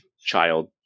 child